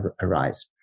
arise